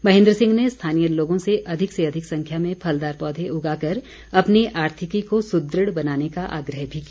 महेन्द्र सिंह ने स्थानीय लोगों से अधिक से अधिक संख्या में फलदार पौधे उगाकर अपनी आर्थिकी को सुदृढ़ बनाने का आग्रह भी किया